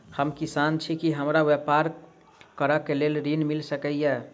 हम किसान छी की हमरा ब्यपार करऽ केँ लेल ऋण मिल सकैत ये?